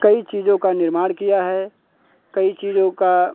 कई चीज़ों का निर्माण किया है कई चीज़ों का